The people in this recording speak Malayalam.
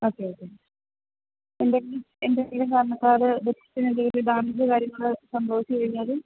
ഓക്കെ ഓക്കെ എന്തെങ്കിലും എന്തെങ്കിലും കാരണത്താൽ ബുക്സിന് എന്തേലും ഡാമേജോ കാര്യങ്ങൾ സംഭവിച്ച് കഴിഞ്ഞാൽ